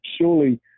surely